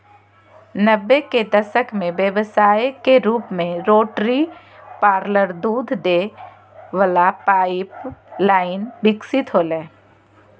नब्बे के दशक में व्यवसाय के रूप में रोटरी पार्लर दूध दे वला पाइप लाइन विकसित होलय